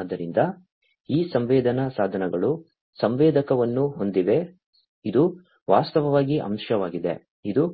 ಆದ್ದರಿಂದ ಈ ಸಂವೇದನಾ ಸಾಧನಗಳು ಸಂವೇದಕವನ್ನು ಹೊಂದಿವೆ ಇದು ವಾಸ್ತವವಾಗಿ ಅಂಶವಾಗಿದೆ ಇದು